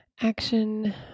Action